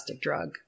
drug